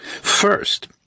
First